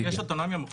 תודה, ידידיה.